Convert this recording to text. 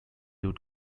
would